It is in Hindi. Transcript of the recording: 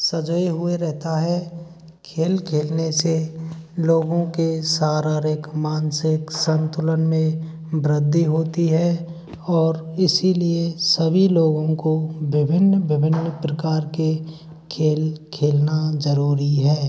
सँजोये हुए रहता है खेल खेलने से लोगों के शारीरिक मानसिक संतुलन में वृद्धि होती है और इसीलिए सभी लोगों को विभिन्न विभिन्न प्रकार के खेल खेलना ज़रूरी है